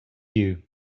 you